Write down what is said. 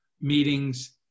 meetings